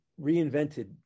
reinvented